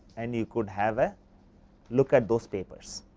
and you could have a look at those papers